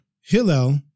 Hillel